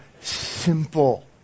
simple